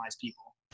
people